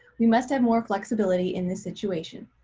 we must have more flexibility in this situation.